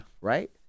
right